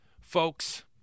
folks